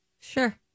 Sure